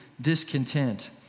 discontent